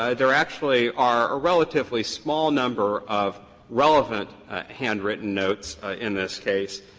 ah there actually are a relatively small number of relevant handwritten notes in this case,